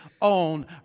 own